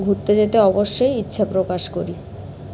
ঘুরতে যেতে অবশ্যই ইচ্ছে প্রকাশ করি